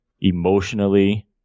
emotionally